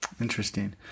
Interesting